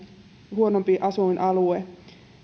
huonompi asuinalue